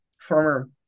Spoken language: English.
former